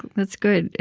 that's good.